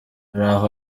araho